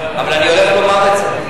אבל אני הולך לומר את זה.